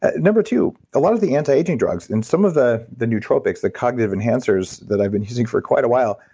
ah number two, a lot of the anti-aging drugs in some of the the nootropics, the cognitive enhancers that i've been using for quite a while,